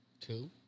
Two